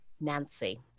Nancy